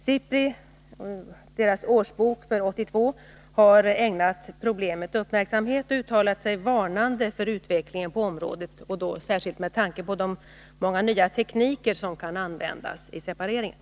SIPRI:s årsbok för 1982 har ägnat problemet uppmärksamhet och varnat för utvecklingen på området, särskilt med tanke på de nya tekniker som kan användas vid separeringen.